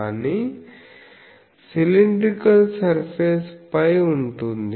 కానీ cylindrical surface పై ఉంటుంది